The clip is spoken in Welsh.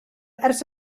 ers